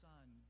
son